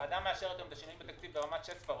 הוועדה מאשרת שינויים בתקציב ברמת שש ספרות,